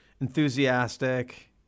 enthusiastic